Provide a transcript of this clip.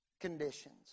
conditions